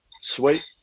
sweet